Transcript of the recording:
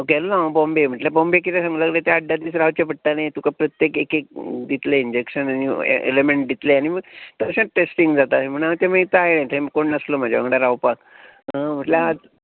गेल्लो हांव बोम्बे म्हटल्यार बोम्बे कितें आसा आठ धा दीस रावचो पडटले तुका प्रत्येक एक एक दितले इंजेक्शन एलिमेट दितले आनी तसलेत टेस्टींग जाता म्हणू हांवे ते टाळ्ळे कोण नासलो म्हज्या वांगडा रावपाक म्हटल्यार